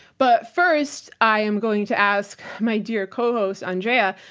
but first, i am going to ask my dear co-host, andrea,